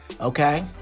Okay